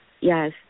yes